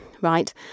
right